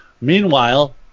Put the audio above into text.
Meanwhile